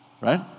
Right